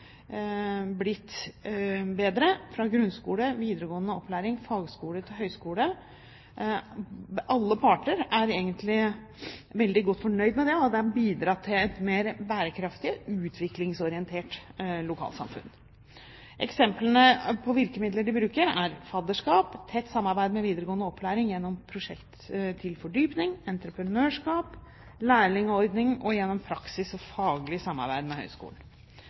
blitt bedre, fra grunnskole, videregående opplæring, fagskole til høgskole. Alle parter er egentlig veldig godt fornøyd med det, og det har bidratt til et mer bærekraftig og utviklingsorientert lokalsamfunn. Eksempler på virkemidler de bruker, er fadderskap, tett samarbeid med videregående opplæring gjennom prosjekt til fordypning, entreprenørskap, lærlingordningen og gjennom praksis og faglig samarbeid med